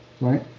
Right